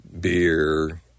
beer